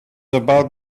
about